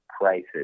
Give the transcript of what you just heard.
prices